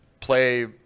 play